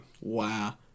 Wow